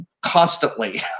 constantly